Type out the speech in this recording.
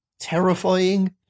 terrifying